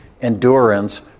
endurance